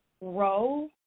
row